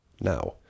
Now